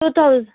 to thousand